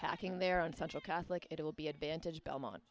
packing their own central catholic it will be advantage belmont